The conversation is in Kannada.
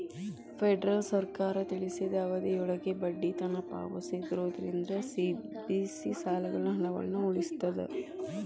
ಫೆಡರಲ್ ಸರ್ಕಾರ ತಿಳಿಸಿದ ಅವಧಿಯೊಳಗ ಬಡ್ಡಿನ ಪಾವತಿಸೋದ್ರಿಂದ ಸಬ್ಸಿಡಿ ಸಾಲಗಳ ಹಣವನ್ನ ಉಳಿಸ್ತದ